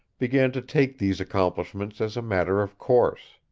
began to take these accomplishments as a matter of course.